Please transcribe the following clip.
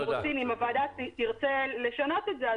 אם הוועדה תרצה לשנות את זה,